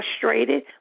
frustrated